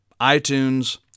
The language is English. iTunes